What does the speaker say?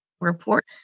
report